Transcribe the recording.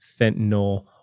fentanyl